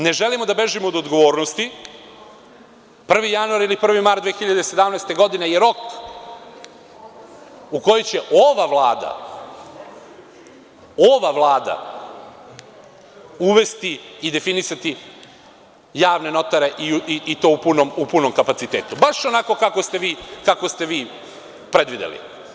Ne želimo da bežimo od odgovornosti, 1. januar ili 1. mart 2017. godine je rok u koji će ova Vlada, ova Vlada uvesti i definisati javne notare i to u punom kapacitetu baš onako kako ste vi predvideli.